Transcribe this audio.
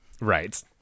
Right